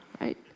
right